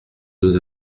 deux